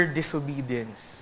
disobedience